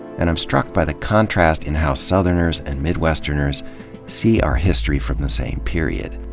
and i'm struck by the contrast in how southerners and midwesterners see our history from the same period.